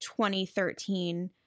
2013